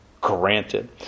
granted